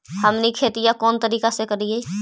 हमनी खेतीया कोन तरीका से करीय?